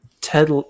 ted